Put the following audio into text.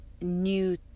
new